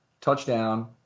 touchdown